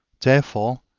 therefore,